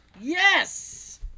Yes